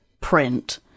print